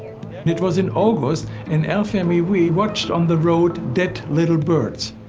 it was in august and our family, we watched on the road dead little birds.